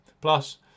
Plus